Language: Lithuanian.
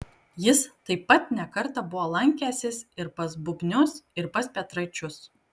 jis taip pat ne kartą buvo lankęsis ir pas bubnius ir pas petraičius